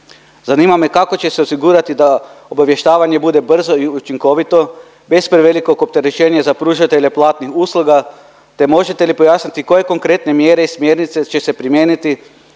Zanima me kako će se osigurati da obavještavanje bude brzo i učinkovito bez prevelikog opterećenja za pružatelja platnih usluga, te možete li pojasniti koje konkretne mjere i smjernice će se primijeniti